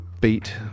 beat